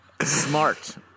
Smart